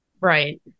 Right